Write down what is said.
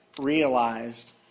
realized